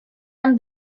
and